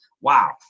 Wow